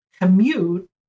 commute